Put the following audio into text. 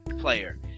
player